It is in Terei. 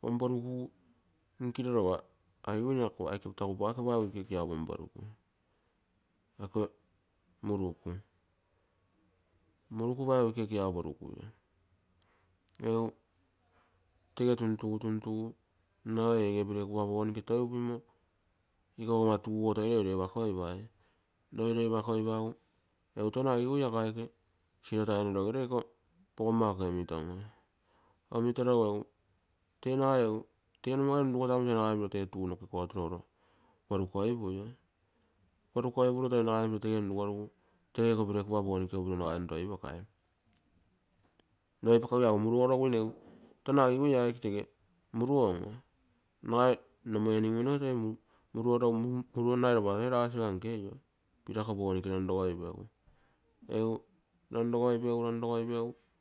ponporukugu nkiro lope asigui ne ako aike tagu pake paisu oke kiau ponporuku ako murukui murukku paiso oke kiau porukui esu tege tuntugu, tuntusu nagai ese pereku pa panike toi upimo iko pogomma tuu oso toi loiloipakoipai loi loi pakoipagu egu touno asigu oke aike siro tainorogere iko pogomma oke omiton. Omitorogu egu tee nagai egu tenomose tunlugota mo toi nagai upiro tee tuu noke koturo uro porukoi pu, porukoipuro toi nagai piro tege runrugorugu tese iko perekupa ponike nagai nagai no upiro roipakai roipakasu ia egu muruosoguine egu touno agigui ia aike tege muruon o nagai nomoeningoinoge munsom aga toi lopa aurui oorasigankenoi piro ao ponike lonlogeipesu egu lonlogoipegu lonlogoipegu